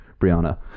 Brianna